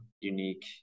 unique